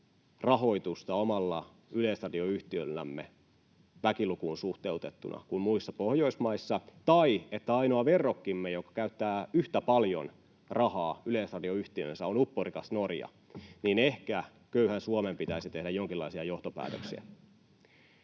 rahoitusta omalla yleisradioyhtiöllämme väkilukuun suhteutettuna kuin muissa Pohjoismaissa, tai että ainoa verrokkimme, joka käyttää yhtä paljon rahaa yleisradioyhtiöönsä on upporikas Norja, niin ehkä köyhän Suomen pitäisi tehdä jonkinlaisia johtopäätöksiä.